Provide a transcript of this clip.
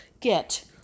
get